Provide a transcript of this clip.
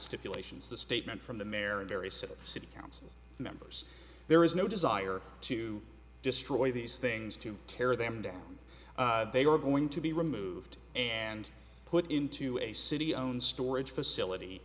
stipulations the statement from the mary said city council members there is no desire to destroy these things to tear them down they are going to be removed and put into a city owned storage facility